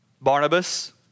Barnabas